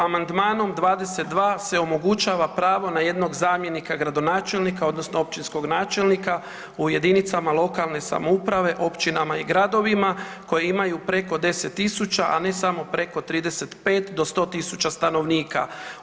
Amandmanom 22. se omogućava pravo na jednog zamjenika gradonačelnika odnosno općinskog načelnika u jedinicama lokalne samouprave općinama i gradovima koje imaju preko 10.000, a ne samo preko 35.000 do 100.000 stanovnika.